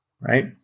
right